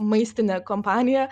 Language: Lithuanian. maistinė kompanija